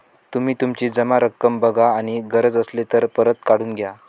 तुम्ही तुमची जमा रक्कम बघा आणि गरज असेल तर परत काढून घ्या